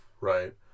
right